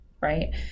right